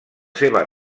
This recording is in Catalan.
seva